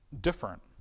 different